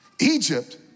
Egypt